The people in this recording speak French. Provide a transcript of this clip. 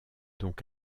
donc